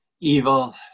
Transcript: evil